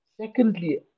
Secondly